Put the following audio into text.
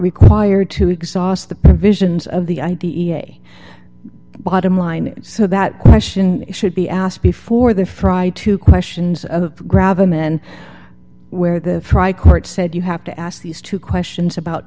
required to exhaust the provisions of the i d e a bottom line so that question should be asked before the fry two questions grab a man where the court said you have to ask these two questions about